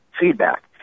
feedback